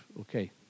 Okay